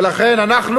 ולכן אנחנו